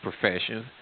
professions